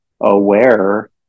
aware